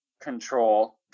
Control